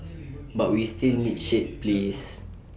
but we still need shade please